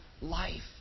life